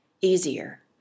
easier